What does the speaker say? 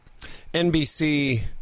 NBC